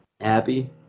Happy